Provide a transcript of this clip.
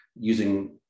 using